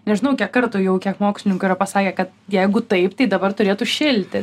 nežinau kiek kartų jau kiek mokslininkų yra pasakę kad jeigu taip tai dabar turėtų šilti